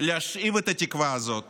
להשיב את התקווה הזאת